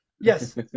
Yes